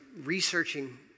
researching